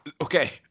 Okay